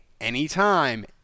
anytime